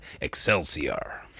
Excelsior